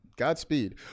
Godspeed